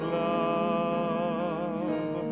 love